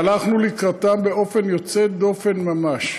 והלכנו לקראתם באופן יוצא דופן ממש.